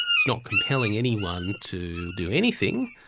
it's not compelling anyone to do anything,